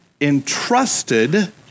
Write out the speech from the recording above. entrusted